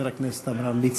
עדיין, חבר הכנסת עמרם מצנע.